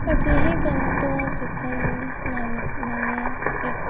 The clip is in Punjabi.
ਅਜਿਹੇ ਕਲਾ ਤੋਂ ਸਿੱਖਣ ਨਾਲ